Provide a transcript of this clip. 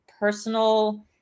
personal